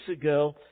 ago